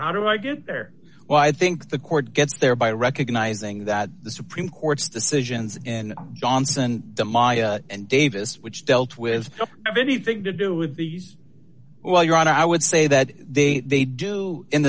how do i get there well i think the court gets there by recognizing that the supreme court's decisions in johnson the maya and davis which dealt with have anything to do with these well your honor i would say that they they do in